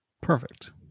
Perfect